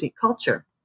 Culture